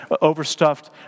overstuffed